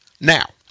Now